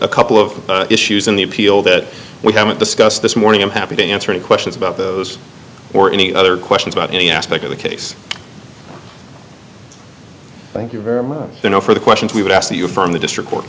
a couple of issues in the appeal that we haven't discussed this morning i'm happy to answer any questions about those or any other questions about any aspect of the case thank you very much you know for the questions we would ask you from the district court